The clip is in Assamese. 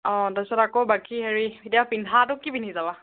অঁ তাৰপিছত আকৌ বাকী হেৰি এতিয়া পিন্ধাটো কি পিন্ধি যাবা